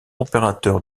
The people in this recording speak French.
opérateur